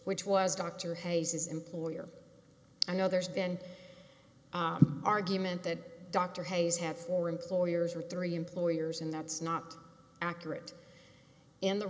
which was dr hayes his employer i know there's been argument that dr hayes had four employers or three employers and that's not accurate in the